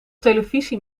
televisie